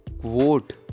Quote